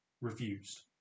refused